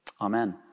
Amen